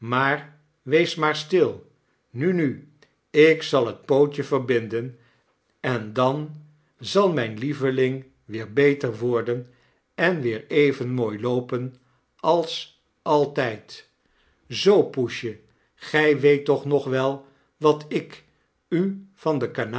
wees maar stil nu nu ik zai het pootje verbinden en dan zal mijn lieveling weer beter worden en weer even mooi loopen als altijd zoo poesje gij weet toch nog wel wat ik u van den